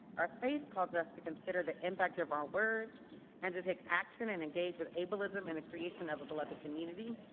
our faith calls us to consider the impact of our words and to take action and engage with able ism in the creation of a beloved community.